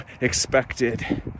expected